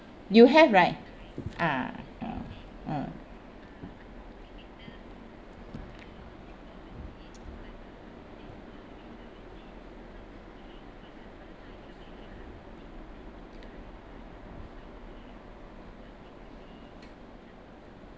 you have right ah uh uh uh